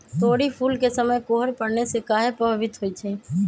तोरी फुल के समय कोहर पड़ने से काहे पभवित होई छई?